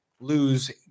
lose